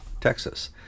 texas